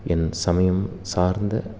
என் சமயம் சார்ந்த